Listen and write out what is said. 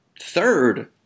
Third